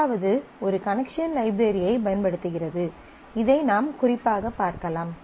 முதலாவது ஒரு connection library ஐ பயன்படுத்துகிறது இதை நாம் குறிப்பாகப் பார்க்கலாம்